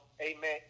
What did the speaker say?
Amen